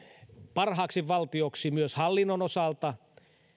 parhaaksi valtioksi myös hallinnon osalta